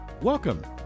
Welcome